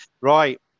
right